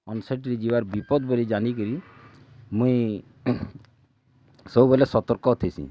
ଅନ୍ସାଇଟ୍ରେ ଯିବା ବିପଦ୍ ବୋଲି ଜାନିକିରି ମୁଇଁ ସବୁବେଲେ ସତର୍କ ଥିସି